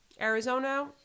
Arizona